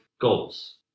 goals